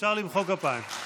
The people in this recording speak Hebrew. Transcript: אפשר למחוא כפיים.